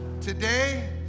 Today